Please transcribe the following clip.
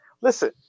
listen